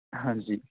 ਹਾਂਜੀ